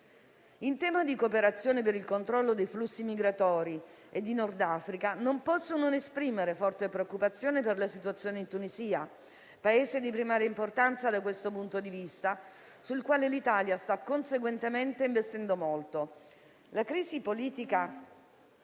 In tema di cooperazione per il controllo dei flussi migratori e di Nord Africa, non posso non esprimere forte preoccupazione per la situazione in Tunisia, Paese di primaria importanza da questo punto di vista, sul quale l'Italia sta conseguentemente investendo molto. La crisi politica